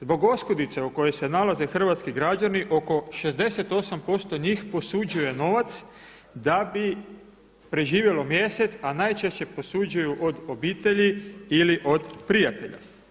Zbog oskudice u kojoj se nalaze hrvatski građani oko 68% njih posuđuje novac da bi preživjelo mjesec a najčešće posuđuju od obitelji ili od prijatelja.